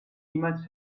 niemals